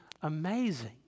amazing